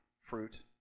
fruit